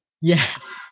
Yes